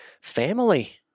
Family